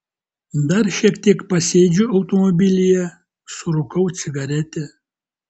dar šiek tiek pasėdžiu automobilyje surūkau cigaretę